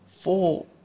four